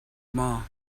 maw